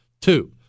Two